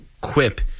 quip